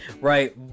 right